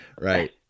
Right